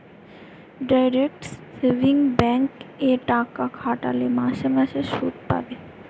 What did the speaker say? direct savings bank এ টাকা খাটালে মাসে মাসে শুধ পাবে